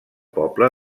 poble